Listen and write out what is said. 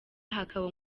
hakaba